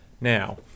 Now